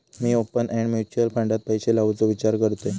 मी open end mutual फंडात पैशे लावुचो विचार करतंय